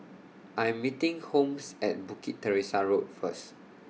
I'm meeting Holmes At Bukit Teresa Road First